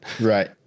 Right